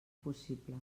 possible